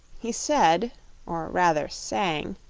he said or rather sang